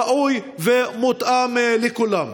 ראוי ומותאם לכולם.